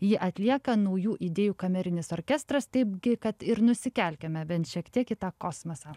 jį atlieka naujų idėjų kamerinis orkestras taipgi kad ir nusikelkime bent šiek tiek į tą kosmosą